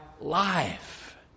life